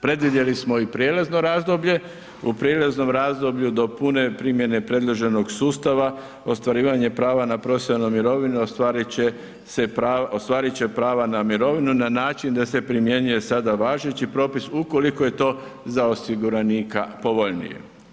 Predvidjeli smo i prijelazno razdoblje, u prijelaznom razdoblju do pune primjene predloženog sustava ostvarivanje prava na profesionalnu mirovinu ostvarit će se, ostvarit će prava na mirovinu na način da se primjenjuje sada važeći propis ukoliko je to za osiguranika povoljnije.